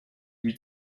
lui